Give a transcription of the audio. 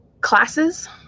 Classes